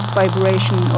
vibration